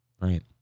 Right